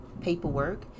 paperwork